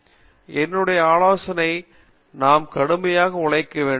காமகோடி என்னுடைய ஆலோசனையை நாம் கடுமையாக உழைக்க வேண்டும்